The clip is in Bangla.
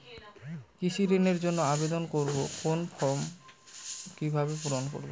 কৃষি ঋণের জন্য আবেদন করব কোন ফর্ম কিভাবে পূরণ করব?